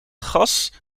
gas